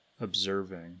observing